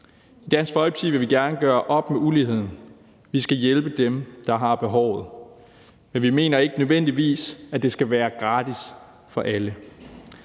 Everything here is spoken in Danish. I Dansk Folkeparti vil vi gerne gøre op med uligheden. Vi skal hjælpe dem, der har behovet, men vi mener ikke nødvendigvis, at det skal være gratis for alle.